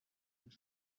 and